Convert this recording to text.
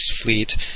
fleet